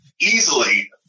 easily